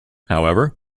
however